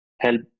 help